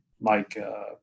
Mike